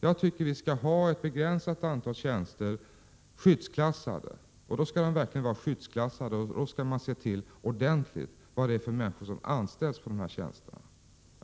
Jag tycker att vi skall ha ett begränsat antal tjänster som är skyddsklassade, och de skall verkligen vara skyddsklassade så att man ordentligt kan avgöra vad det är för människor som anställs på dessa tjänster.